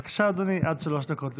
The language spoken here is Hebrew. בבקשה, אדוני, עד שלוש דקות לרשותך.